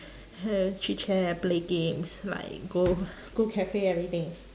chit-chat play games like go go cafe everything